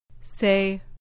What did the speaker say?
Say